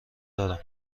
دارم